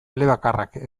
elebakarrak